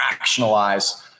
fractionalize